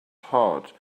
heart